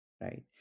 Right